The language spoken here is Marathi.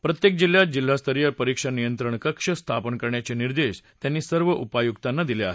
प्रत्येक जिल्ह्यात जिल्हास्तरख्र परख्रा नियंत्रण कक्ष स्थापन करण्याचे निर्देश त्यांन कर्न उपायुकांना दिले आहेत